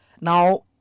Now